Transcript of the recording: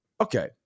okay